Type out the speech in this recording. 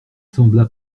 sembla